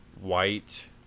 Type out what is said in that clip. White